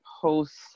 post